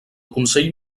consell